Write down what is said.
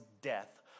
death